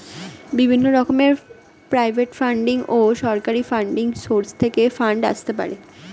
বিভিন্ন রকমের private funding ও সরকারি ফান্ডিং সোর্স থেকে ফান্ড আসতে পারে